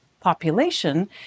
population